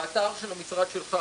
באתר של המשרד שלך,